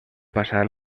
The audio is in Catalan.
passar